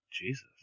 Jesus